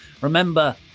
Remember